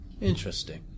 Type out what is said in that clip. Interesting